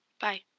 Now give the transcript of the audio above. Bye